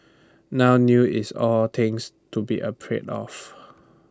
now news is all things to be afraid of